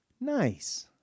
Nice